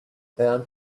and